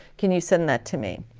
can you send that to me?